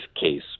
case